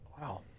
Wow